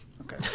Okay